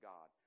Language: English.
God